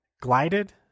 glided